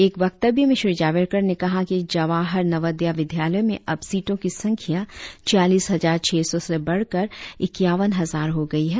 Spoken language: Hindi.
एक वक्तव्य में श्री जावड़ेकर ने कहा कि जवाहर नवोदया विद्यालयों में अब सीटों की संख्या छियालिस हजार छह सौ से बढ़कर इक्यावन हजार हो गई हैं